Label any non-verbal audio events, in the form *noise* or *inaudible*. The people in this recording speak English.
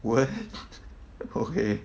what *laughs* okay